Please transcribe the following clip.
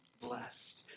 Blessed